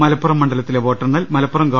മലപ്പുറം മണ്ഡലത്തിലെ വോട്ടെണ്ണൽ മലപ്പുറം ഗവ